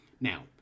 Now